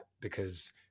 Because-